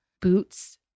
Boots